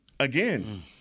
Again